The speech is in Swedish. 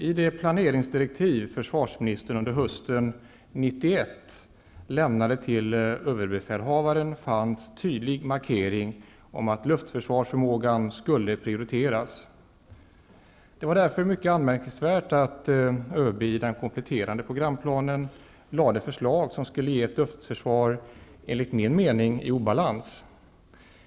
I de planeringsdirektiv som försvarsministern under hösten 1991 lämnade till överbefälhavaren fanns tydlig markering av att luftförsvarsförmågan skulle prioriteras. Det var därför mycket anmärkningsvärt att ÖB i den kompletterande programplanen lade fram förslag som enligt min mening skulle leda till ett luftförsvar i obalans.